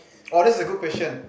oh this is a good question